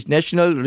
National